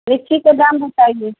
लीची के दाम बताइए